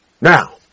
Now